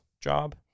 job